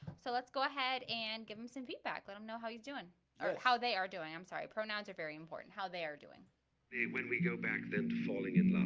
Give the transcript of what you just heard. so let's go ahead and give him some feedback. let him know how he's doing or how they are doing i'm sorry pronouns are very important how they are doing when we go back then to falling in love